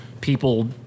people